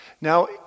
Now